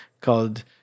called